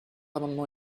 amendement